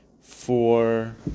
four